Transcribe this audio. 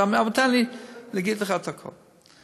תן לי להגיד לך את הכול.